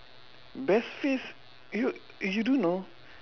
best phase you you don't know